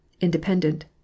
Independent